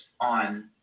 on